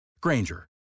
Granger